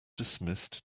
dismissed